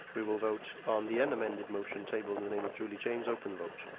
we will vote on the unamended motion, tabled in the name of julie james. open the vote.